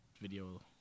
video